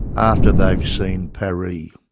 after they've seen paree!